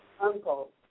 uncle